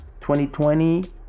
2020